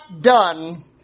done